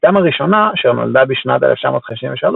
בתם הראשונה, אשר נולדה בשנת 1953,